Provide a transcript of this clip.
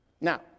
Now